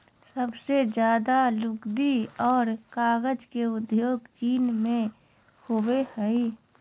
सबसे ज्यादे लुगदी आर कागज के उद्योग चीन मे होवो हय